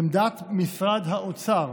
לעמדת משרד האוצר,